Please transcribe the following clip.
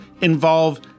involve